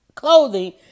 clothing